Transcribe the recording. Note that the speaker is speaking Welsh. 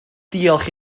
diolch